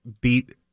beat